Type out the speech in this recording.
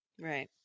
Right